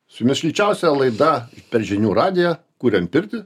su jumis šilčiausia laida per žinių radiją kuriam pirtį